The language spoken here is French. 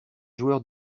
joueur